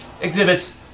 exhibits